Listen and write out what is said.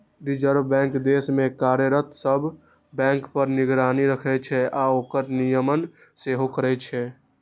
reserve bank देश मे कार्यरत सब बैंक पर निगरानी राखै छै आ ओकर नियमन सेहो करै छै